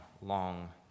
long